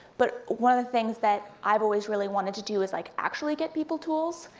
but one of the things that i've always really wanted to do is like actually get people tools,